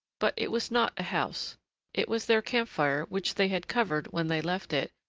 but it was not a house it was their camp-fire which they had covered when they left it,